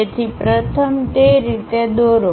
તેથી પ્રથમ તે રીતે દોરો